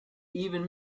even